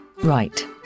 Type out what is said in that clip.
Right